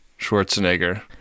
Schwarzenegger